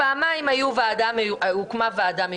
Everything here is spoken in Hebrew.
ופעמיים הוקמה ועדה מיוחדת.